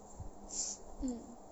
mm